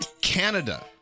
Canada